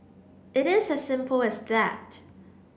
it is as simple as that